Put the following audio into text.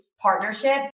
partnership